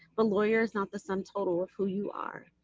but lawyer is not the sum total of who you are.